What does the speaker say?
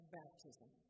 baptism